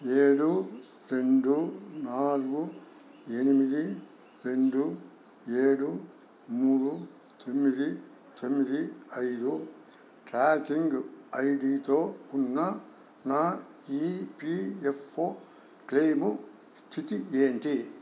ఏడు రెండు నాలుగు ఎనిమిది రెండు ఏడు మూడు తొమ్మిది తొమ్మిది ఐదు ట్రాకింగ్ ఐడితో ఉన్న నా ఈపిఎఫ్ఓ క్లెయిము స్థితి ఏంటి